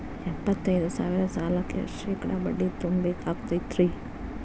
ಎಪ್ಪತ್ತೈದು ಸಾವಿರ ಸಾಲಕ್ಕ ಎಷ್ಟ ಶೇಕಡಾ ಬಡ್ಡಿ ತುಂಬ ಬೇಕಾಕ್ತೈತ್ರಿ?